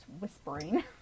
whispering